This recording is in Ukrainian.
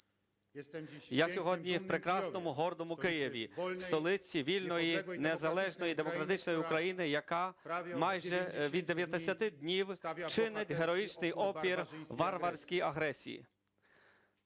я сьогодні в прекрасному гордому Києві, в столиці вільної незалежної демократичної України, яка майже 90 днів чинить героїчний опір варварській агресії.